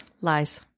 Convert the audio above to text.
Lies